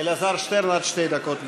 אלעזר שטרן, עד שתי דקות לרשותך.